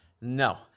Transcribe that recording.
no